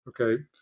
Okay